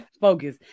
focus